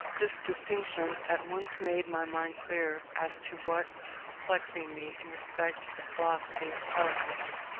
this distinction at once made my mind clear as to what was perplexing me in respect to the philosophy of politics.